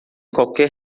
qualquer